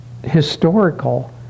historical